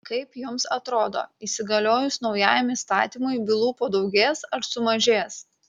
kaip jums atrodo įsigaliojus naujajam įstatymui bylų padaugės ar sumažės